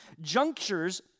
junctures